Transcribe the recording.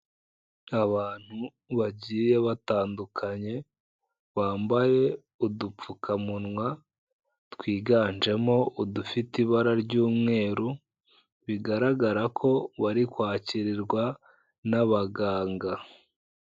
Abantu bagiye batandukanye, bambaye udupfukamunwa, twiganjemo udufite ibara ry'umweru, bigaragara ko wari kwakirirwa n'abaganga.